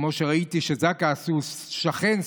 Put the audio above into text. כמו שראיתי שזק"א עשו: "שכן,